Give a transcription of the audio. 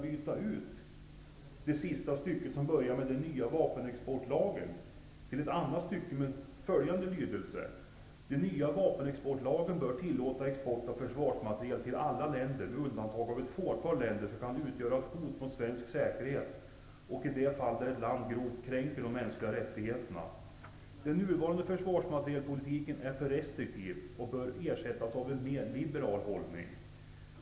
En strikt tillämpning av den nuvarande lagstiftningen innebär att det blir fortsatt svårt att öppna nya marknader. Detta leder till att ett stort antal affärer försvåras eller går om intet vilket försvårar den för långsiktig överlevnad nödvändiga produktutvecklingen och förnyelsen. Den nya vapenexportlagen bör tillåta export av försvarsmateriel till alla länder med undantag av ett fåtal länder som kan utgöra ett hot mot svensk säkerhet och i de fall där ett land grovt kränker de mänskliga rättigheterna. Den nuvarande försvarsmaterielpolitiken är för restriktiv och bör ersättas av en mer liberal hållning.